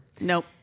Nope